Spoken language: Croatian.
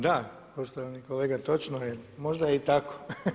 Da poštovani kolega točno je, možda je i tako.